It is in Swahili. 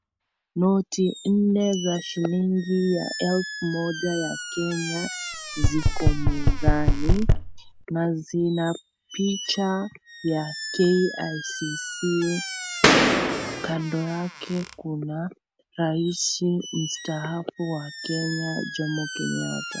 Noti nne za shilingi ya elfu moja ya Kenya ziko mezani na zina picha ya KICC, kando yake kuna rais mstaafu wa Kenya Mzee Jomo Kenyatta.